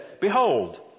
behold